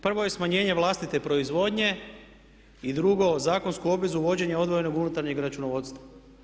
Prvo je smanjenje vlastite proizvodnje i drugo zakonsku obvezu uvođenja odvojenog unutarnjeg računovodstva.